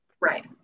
Right